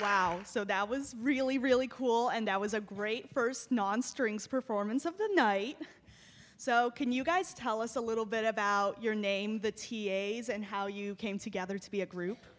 wow so that was really really cool and that was a great first non strings performance of the night so can you guys tell us a little bit about your name the t a s and how you came together to be a group